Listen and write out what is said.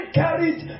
carried